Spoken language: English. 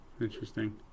interesting